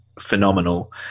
Phenomenal